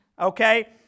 okay